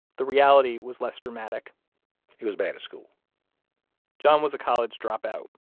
the reality was less dramatic he was bad at school john was a college dropout.